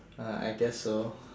uh I guess so